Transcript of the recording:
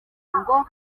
ngo